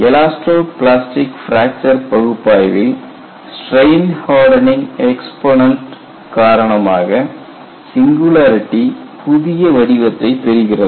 elasto plastic fracture பகுப்பாய்வில் strain hardening exponent காரணமாக singularity புதிய வடிவத்தைப் பெறுகிறது